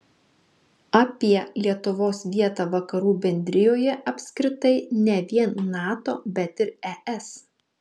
apie lietuvos vietą vakarų bendrijoje apskritai ne vien nato bet ir es